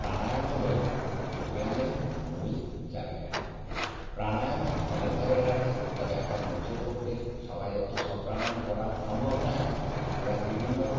প্রাণায়াম হলো যোগব্যায়ামের মূল চাবি কাঠি প্রাণায়াম অনেক ধরনের আছে তবে একটা মানুষের পক্ষে সবাইয়ের তো সব প্রাণায়াম করা সম্ভব নয় এবার বিভিন্ন